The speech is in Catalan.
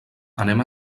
anem